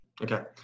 okay